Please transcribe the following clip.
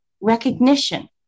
recognition